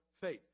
faith